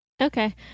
Okay